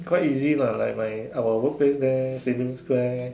quite easy lah like my our workplace there Sim-Lim-Square